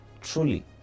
truly